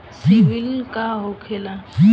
सीबील का होखेला?